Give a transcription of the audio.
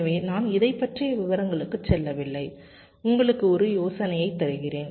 எனவே நான் இதைப் பற்றிய விவரங்களுக்குச் செல்லவில்லை உங்களுக்கு ஒரு யோசனையைத் தருகிறேன்